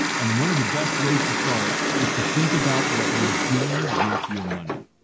and one of the best ways to start, is to think about what you're doing with your money.